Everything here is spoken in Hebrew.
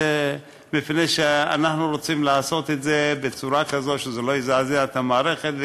מפני שאנחנו רוצים לעשות את זה בצורה שלא תזעזע את המערכת,